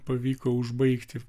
pavyko užbaigti